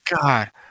god